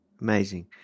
Amazing